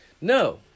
No